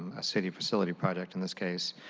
um a city facility project in this case.